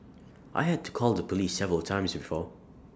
I had to call the Police several times before